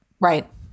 Right